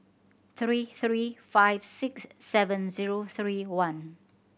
three three five six seven zero three one